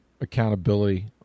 accountability